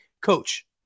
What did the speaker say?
coach